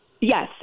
Yes